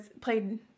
played